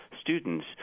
students